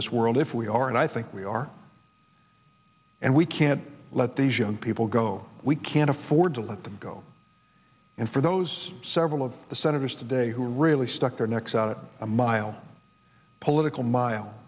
this world if we are and i think we are and we can't let these young people go we can't afford to let them go and for those several of the senators today who are really stuck their necks out a mile political mile